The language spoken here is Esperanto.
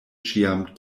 ĉiam